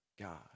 God